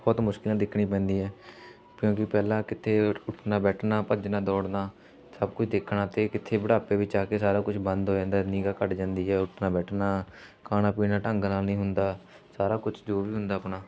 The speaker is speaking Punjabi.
ਬਹੁਤ ਮੁਸ਼ਕਿਲਾਂ ਦੇਖਣੀਆਂ ਪੈਂਦੀਆਂ ਕਿਉਂਕਿ ਪਹਿਲਾਂ ਕਿਤੇ ਉ ਉੱਠਣਾ ਬੈਠਣਾ ਭੱਜਣਾ ਦੌੜਨਾ ਸਭ ਕੁਝ ਦੇਖਣਾ ਅਤੇ ਕਿੱਥੇ ਬੁਢਾਪੇ ਵਿੱਚ ਆ ਕੇ ਸਾਰਾ ਕੁਝ ਬੰਦ ਹੋ ਜਾਂਦਾ ਨਿਗ੍ਹਾ ਘੱਟ ਜਾਂਦੀ ਹੈ ਉੱਠਣਾ ਬੈਠਣਾ ਖਾਣਾ ਪੀਣਾ ਢੰਗ ਨਾਲ ਨਹੀਂ ਹੁੰਦਾ ਸਾਰਾ ਕੁਛ ਜੋ ਵੀ ਹੁੰਦਾ ਆਪਣਾ